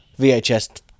VHS